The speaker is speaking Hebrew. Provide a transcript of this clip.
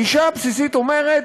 הגישה הבסיסית אומרת: